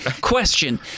Question